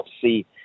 see